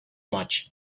maç